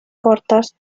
cortas